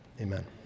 Amen